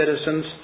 citizens